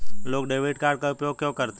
लोग debit card का उपयोग क्यों करते हैं?